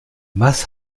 was